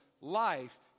life